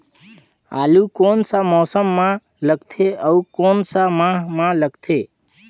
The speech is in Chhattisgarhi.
आलू कोन सा मौसम मां लगथे अउ कोन सा माह मां लगथे?